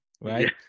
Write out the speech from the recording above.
right